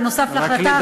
בנוסף להחלטה,